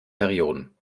perioden